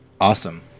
Awesome